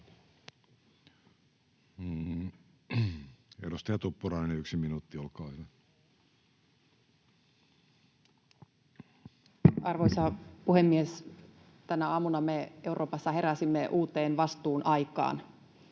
Edustaja Tuppurainen, yksi minuutti, olkaa hyvä. Arvoisa puhemies! Tänä aamuna me Euroopassa heräsimme uuteen vastuun aikaan.